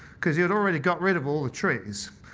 because you'd already got rid of all the trees.